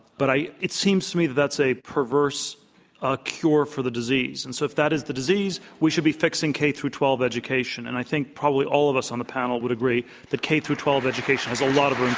but i it seems to me that that's a perverse ah cure for the disease. and so if that is the disease, we should be fixing k through twelve education. and i think probably all of us on the panel would agree that k through twelve education has a lot of room